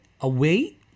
away